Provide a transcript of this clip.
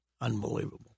unbelievable